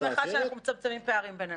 אז אני שמחה שאנחנו מצמצמים פערים בינינו.